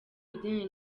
bijyanye